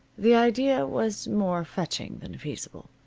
the idea was more fetching than feasible.